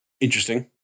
Interesting